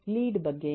lead ಬಗ್ಗೆ ಏನು